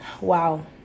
wow